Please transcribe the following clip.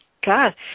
god